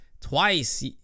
twice